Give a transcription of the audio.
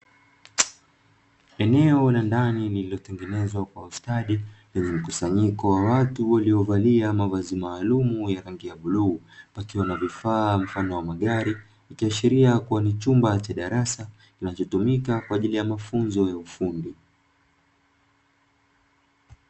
Eneo la ndani lililotengenezwa kwa ustadi lenye mkusanyiko wa watu waliovalia mavazi maalumu ya rangi ya bluu, pakiwa na vifaa mfano wa magari ikiashiria kuwa ni chumba cha darasa kinachotumika kwa ajili ya mafunzo ya ufundi.